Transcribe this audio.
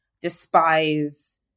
despise